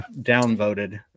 downvoted